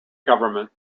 government